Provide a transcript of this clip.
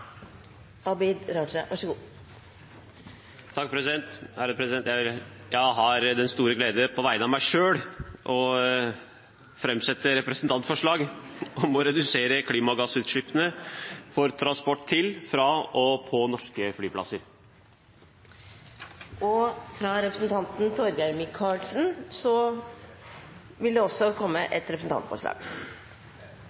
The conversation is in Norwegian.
Jeg har den store glede på vegne av meg selv å framsette representantforslag om å redusere klimagassutslippene for transport til, fra og på norske flyplasser. Representanten Torgeir Micaelsen vil også framsette et representantforslag.